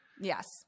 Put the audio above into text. Yes